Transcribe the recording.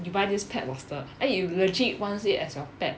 you buy this pet lobster then you legit wants it as your pet